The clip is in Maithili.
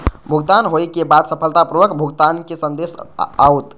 भुगतान होइ के बाद सफलतापूर्वक भुगतानक संदेश आओत